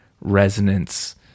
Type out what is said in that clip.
resonance